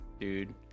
dude